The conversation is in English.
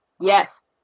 Yes